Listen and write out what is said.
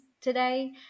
today